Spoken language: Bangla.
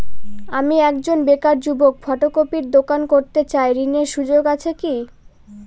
আমি একজন বেকার যুবক ফটোকপির দোকান করতে চাই ঋণের সুযোগ আছে কি?